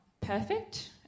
perfect